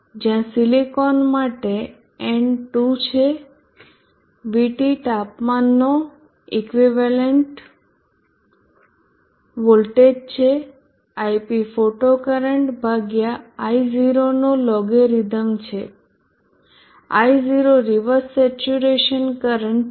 જ્યાં સિલિકોન માટે n 2 છે VT તાપમાનનો ઇક્વિવેલન્ટ વોલ્ટેજ છે ip ફોટો કરંટ ભાગ્યા I0 નો લોગેરીધમ છે I0 રિવર્સ સેચ્યુરેશન કરંટ છે